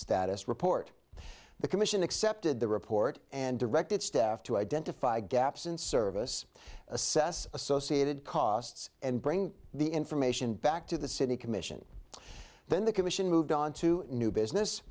status report the commission accepted the report and directed staff to identify gaps in service assess associated costs and bring the information back to the city commission then the commission moved on to new business